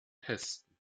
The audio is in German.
testen